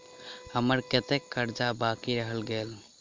हम्मर कत्तेक कर्जा बाकी रहल गेलइ?